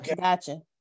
Gotcha